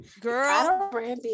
girl